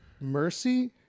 mercy